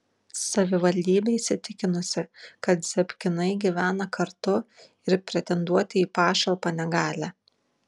savivaldybė įsitikinusi kad zebkinai gyvena kartu ir pretenduoti į pašalpą negali